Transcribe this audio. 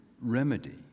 remedy